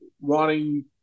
wanting